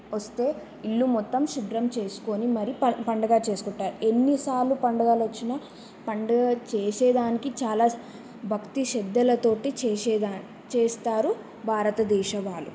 వస్తే ఇల్లు మొత్తం శుభ్రం చేసుకుని మరీ పం పండుగ చేసుకుంటారు ఎన్ని సార్లు పండుగలు వచ్చినా పండుగ చేసేదానికి చాలా భక్తి శ్రద్ధలతోటి చేసెదన్ చేస్తారు భారతదేశం వాళ్ళు